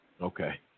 Okay